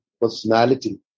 personality